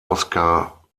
oscar